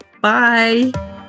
Bye